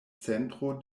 centro